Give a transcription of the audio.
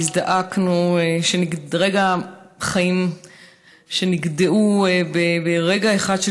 והזדעקנו על חיים שנגדעו ברגע אחד,